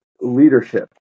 leadership